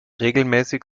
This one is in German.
regelmäßig